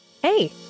Hey